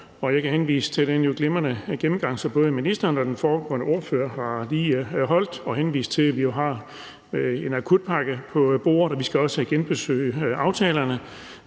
Jeg kan henvise til den glimrende gennemgang, som både ministeren og den foregående ordfører lige har givet, og henvise til, at vi jo har en akutpakke på bordet, og vi skal også genbesøge aftalerne.